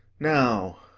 now,